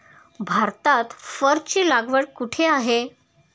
भारतात फरची लागवड कुठे आहे?